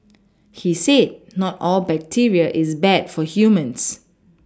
he said not all bacteria is bad for humans